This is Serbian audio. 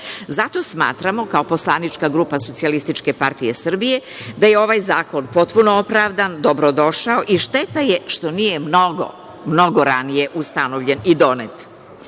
smatramo, kao poslanička grupa SPS, da je ovaj zakon potpuno opravdan, dobrodošao i šteta je što nije mnogo, mnogo ranije ustanovljen i donet. Ovo